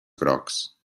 grocs